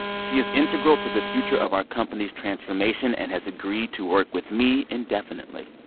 she is integral to the future of our company's transformation and has agreed to work with me indefinitely.